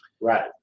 Right